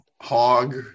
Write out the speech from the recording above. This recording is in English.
Hog